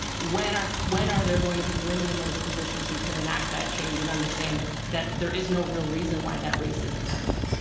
when are when are there going to be women in those positions who can enact that change and understand that that there is no real reason why that race isn't happening?